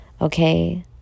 okay